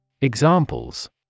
Examples